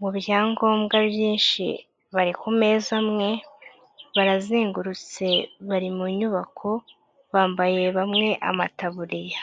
mu byangombwa byinshi bari ku meza amwe, barazengurutse bari mu nyubako, bambaye bamwe amataburiya.